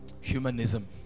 Humanism